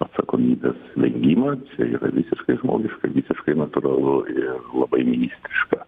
atsakomybės vengimas tai yra visiškai žmogiška visiškai natūralu ir labai ministriška